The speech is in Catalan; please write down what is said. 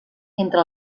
entre